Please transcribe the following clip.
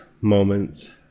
moments